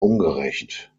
ungerecht